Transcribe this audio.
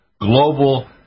global